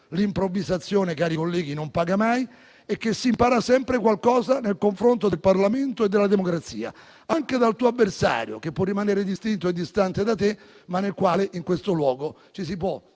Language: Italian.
l'improvvisazione non paga mai, cari colleghi, e che si impara sempre qualcosa nel confronto del Parlamento e della democrazia anche dal proprio avversario, che può rimanere distinto e distante, ma con il quale in questo luogo si può